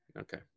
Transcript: Okay